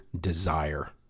desire